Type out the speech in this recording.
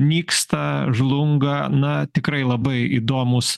nyksta žlunga na tikrai labai įdomūs